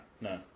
no